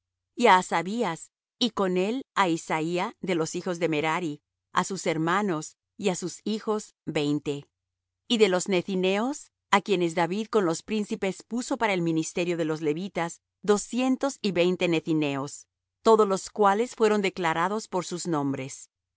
á hasabías y con él á isaía de los hijos de merari á sus hermanos y á sus hijos veinte y de los nethineos á quienes david con los príncipes puso para el ministerio de los levitas doscientos y veinte nethineos todos los cuales fueron declarados por sus nombres y